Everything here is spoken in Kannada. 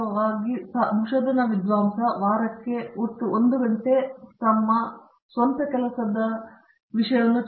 ಪ್ರೊಫೆಸರ್ ರಾಜೇಶ್ ಕುಮಾರ್ ಪ್ರಾಮಾಣಿಕ ಸಂಶೋಧನಾ ವಿದ್ವಾಂಸ ವಾರಕ್ಕೆ ಒಟ್ಟು 1 ಗಂಟೆ ತಮ್ಮ ರಿಯಾಲಿಟಿ ಮತ್ತು ಸ್ವಂತ ಕೆಲಸದ ಚರ್ಚೆಯಲ್ಲಿ ನೀಡಬೇಕಾಗಿದೆ